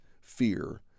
fear